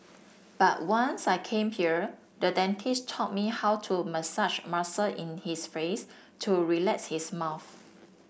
but once I came here the dentist taught me how to massage muscle in his face to relax his mouth